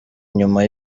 nyuma